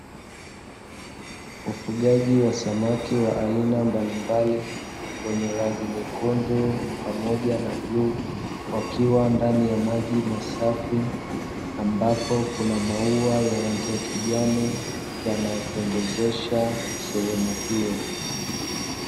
Ufugaji wa samaki wa aina mbalimbali, wenye rangi nyekundu pamoja na bluu, wakiwa ndani ya maji masafi. Ambapo kuna maua ya rangi ya kijani yanayopendezesha sehemu hiyo.